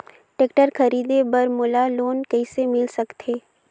Tractor खरीदे बर मोला लोन कइसे मिल सकथे?